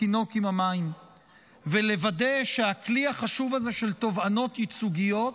התינוק עם המים ולוודא שהכלי החשוב הזה של תובענות ייצוגיות